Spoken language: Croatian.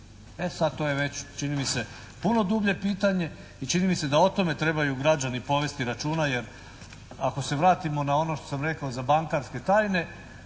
E sad, to je već čini mi se puno dublje pitanje i čini mi se da o tome trebaju građani povesti računa jer ako se vratimo na ono što sam rekao za bankarske tajne,